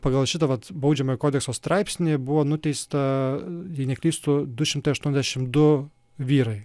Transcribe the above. pagal šitą vat baudžiamojo kodekso straipsnį buvo nuteista jei neklystu du šimtai aštuoniasdešimt du vyrai